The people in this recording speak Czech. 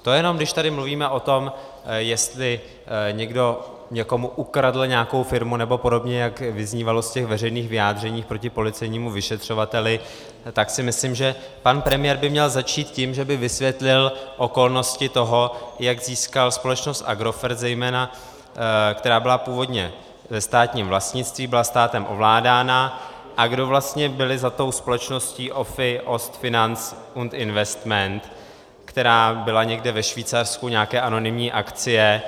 To jenom když tady mluvíme o tom, jestli někdo někomu ukradl nějakou firmu nebo podobně, jak vyznívalo z těch veřejných vyjádření proti policejnímu vyšetřovateli, tak si myslím, že pan premiér by měl začít tím, že by vysvětlil okolnosti toho, jak získal společnost Agrofert zejména, která byla původně ve státním vlastnictví, byla státem ovládána, a kdo vlastně byl za tou společnosti O.F.I. Ost Finanz und Investment A.G., která byla někde ve Švýcarsku, nějaké anonymní akcie.